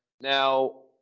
Now